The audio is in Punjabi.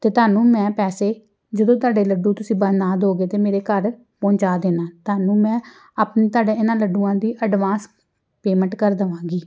ਅਤੇ ਤੁਹਾਨੂੰ ਮੈਂ ਪੈਸੇ ਜਦੋਂ ਤੁਹਾਡੇ ਲੱਡੂ ਤੁਸੀਂ ਬਣਾ ਦਿਉਗੇ ਤਾਂ ਮੇਰੇ ਘਰ ਪਹੁੰਚਾ ਦੇਣਾ ਤੁਹਾਨੂੰ ਮੈਂ ਆਪਣ ਤੁਹਾਡਾ ਇਹਨਾਂ ਲੱਡੂਆਂ ਦੀ ਅਡਵਾਂਸ ਪੇਮੈਂਟ ਕਰ ਦੇਵਾਂਗੀ